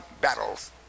battles